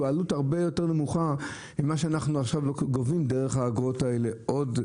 הוא עלות הרבה יותר נמוכה ממה שאנחנו גובים דרך האגרות האלה עוד.